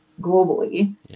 globally